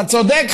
אתה צודק,